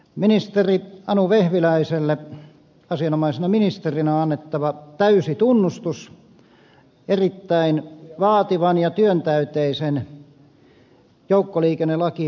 ministeri anu vehviläiselle asianomaisena ministerinä on annettava täysi tunnustus erittäin vaativan ja työntäyteisen joukkoliikennelakiesityksen osalta